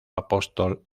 apóstol